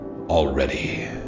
already